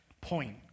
point